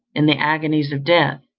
in the agonies of death,